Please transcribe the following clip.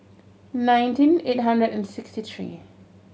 nineteen eight hundred and sixty three